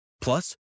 Plus